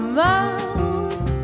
mouth